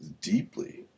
deeply